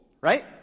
right